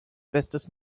bestes